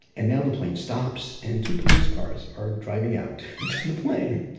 and the plane stops, and two police cars are driving out to the plane.